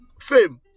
fame